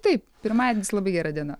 taip pirmadienis labai gera diena